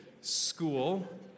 school